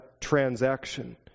transaction